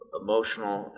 emotional